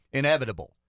inevitable